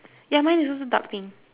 ya mine is also dark pink